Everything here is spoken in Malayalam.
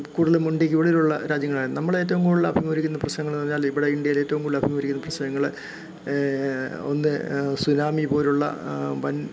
കൂടുതലും ഇൻഡ്യക്ക് വെളിയിലുള്ള രാജ്യങ്ങളാണ് നമ്മൾ ഏറ്റവും കൂടുതൽ അഭിമുഖീകരിക്കുന്ന പ്രശ്നങ്ങൾ എന്ന് പറഞ്ഞാൽ ഇവിടെ ഇന്ത്യയിൽ ഏറ്റവും കൂടുതൽ അഭിമുഖീകരിക്കുന്ന പ്രശ്നങ്ങൾ ഒന്ന് സുനാമി പോലുള്ള വൻ